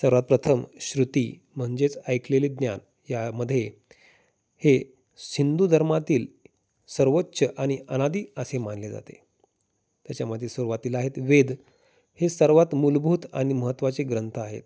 सर्वात प्रथम श्रुती म्हणजेच ऐकलेले ज्ञान यामध्ये हे सिंंदू धर्मातील सर्वोच्च आणि अनादी असे मानले जाते त्याच्यामध्ये सुरवातीला आहेत वेद हे सर्वात मूलभूत आणि महत्त्वाचे ग्रंथ आहेत